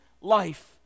life